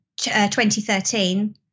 2013